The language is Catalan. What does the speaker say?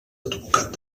advocat